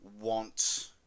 want